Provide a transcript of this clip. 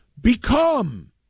become